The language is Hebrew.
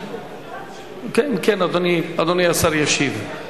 אדוני השר ישיב.